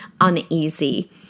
uneasy